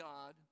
God